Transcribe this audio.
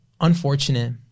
unfortunate